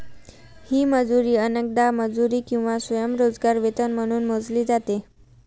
ही मजुरी अनेकदा मजुरी किंवा स्वयंरोजगार वेतन म्हणून मोजली जाते